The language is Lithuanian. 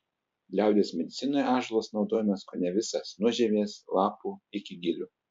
liaudies medicinoje ąžuolas naudojamas kone visas nuo žievės lapų iki gilių